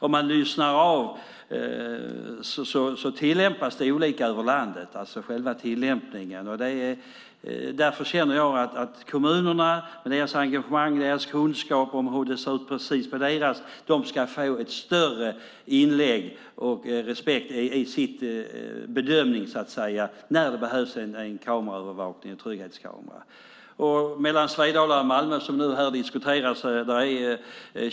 Om man lyssnar av visar det sig att själva tillämpningen är olika över landet. Därför känner jag att kommunerna med deras engagemang och deras kunskap om hur det ser ut precis på deras område ska få en större påverkan och respekt i bedömningen när det behövs kameraövervakning och trygghetskamera. Det är 20 kilometer mellan Svedala och Malmö som här diskuteras.